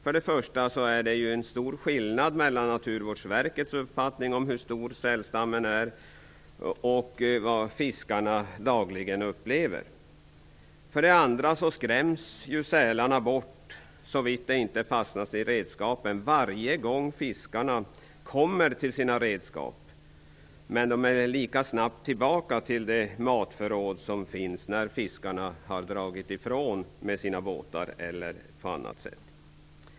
För det första är det stor skillnad mellan Naturvårdsverkets uppfattning om storleken på sälstammen och fiskarnas dagliga upplevelser. För det andra skräms ju sälarna bort, såvida de inte fastnar i redskapen, varje gång fiskarna kommer till sina redskap. Men de kommer lika snabbt tillbaka till det matförråd som finns när fiskarna har åkt iväg med sina båtar eller försvunnit på annat sätt.